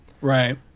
Right